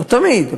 לא תמיד,